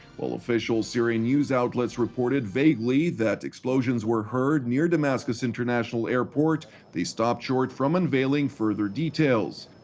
while official syrian news outlets reported vaguely that explosions were heard near damascus international airport they stopped short from unveiling further details.